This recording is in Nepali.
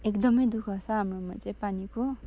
एकदमै दुःख छ हाम्रोमा चाहिँ पानीको